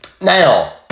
Now